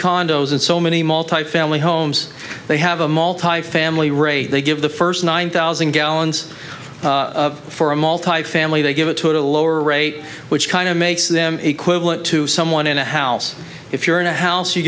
condos and so many multifamily homes they have a multifamily they give the first nine thousand gallons for a multifamily they give it to a lower rate which kind of makes them equivalent to someone in a house if you're in a house you